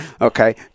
Okay